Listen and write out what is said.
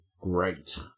Great